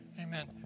Amen